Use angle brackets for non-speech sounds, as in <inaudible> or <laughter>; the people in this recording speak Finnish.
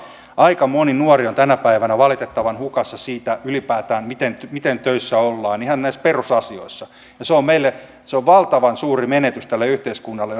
aika moni nuori on tänä päivänä valitettavan hukassa siitä ylipäätään miten miten töissä ollaan ihan näistä perusasioista se on valtavan suuri menetys tälle yhteiskunnalle <unintelligible>